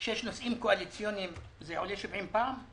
כשיש נושאים קואליציוניים הם עולים 70 פעמים?